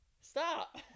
stop